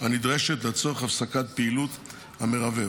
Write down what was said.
הנדרשת לצורך הפסקת פעילות המרבב.